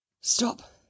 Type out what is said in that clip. stop